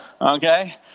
okay